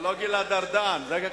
רק לפני ארבעה חודשים,